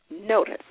notice